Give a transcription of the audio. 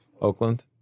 Oakland